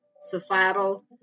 Societal